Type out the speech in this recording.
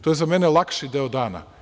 To je za mene lakši deo dana.